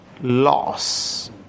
loss